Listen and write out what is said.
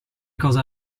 cosa